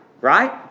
right